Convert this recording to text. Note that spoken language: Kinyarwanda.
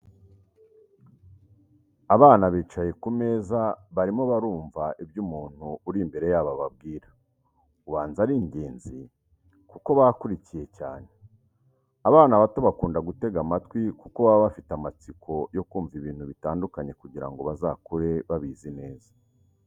Abana bicaye ku meza barimo barumva ibyo umuntu uri imbere yabo ababwira, ubanza ari ingenzi kuko bakurikiye cyane. Abana bato bakunda gutega amatwi kuko baba bafite amatsiko yo kumva ibintu bitandukanye kugira ngo bazakure babizi neza.